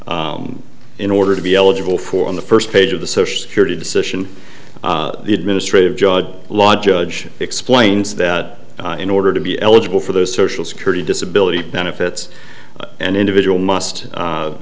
wind in order to be eligible for on the first page of the social security decision the administrative judge law judge explains that in order to be eligible for those social security disability benefits and individual